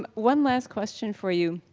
um one last question for you.